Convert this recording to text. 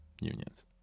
unions